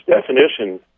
definition